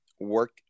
work